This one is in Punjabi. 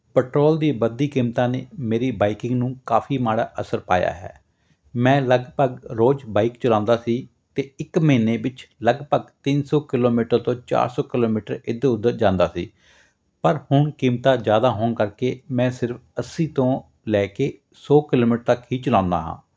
ਪੈਟਰੋਲ ਦੀ ਵੱਧਦੀ ਕੀਮਤਾਂ ਨੇ ਮੇਰੀ ਬਾਈਕਿੰਗ ਨੂੰ ਕਾਫੀ ਮਾੜਾ ਅਸਰ ਪਾਇਆ ਹੈ ਮੈਂ ਲਗਭਗ ਰੋਜ਼ ਬਾਈਕ ਚਲਾਉਂਦਾ ਸੀ ਅਤੇ ਇੱਕ ਮਹੀਨੇ ਵਿੱਚ ਲਗਭਗ ਤਿੰਨ ਸੌ ਕਿਲੋਮੀਟਰ ਤੋਂ ਚਾਰ ਸੌ ਕਿਲੋਮੀਟਰ ਇੱਧਰ ਉੱਧਰ ਜਾਂਦਾ ਸੀ ਪਰ ਹੁਣ ਕੀਮਤਾਂ ਜ਼ਿਆਦਾ ਹੋਣ ਕਰਕੇ ਮੈਂ ਸਿਰਫ ਅੱਸੀ ਤੋਂ ਲੈ ਕੇ ਸੌ ਕਿਲੋਮੀਟਰ ਤੱਕ ਹੀ ਚਲਾਉਂਦਾ ਹਾਂ